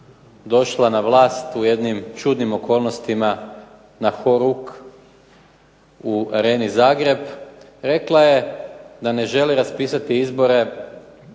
došla na vlast u jednim čudnim okolnostima na ho-ruk u Areni Zagreb, rekla je da ne želi raspisati izbore